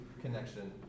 connection